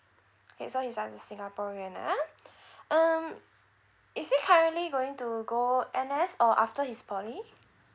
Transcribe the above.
okay so he's a singaporean ah um is he currently going to go N_S or after his poly